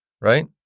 right